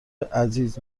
عزیز